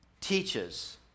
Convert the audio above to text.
teaches